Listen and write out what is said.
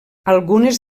algunes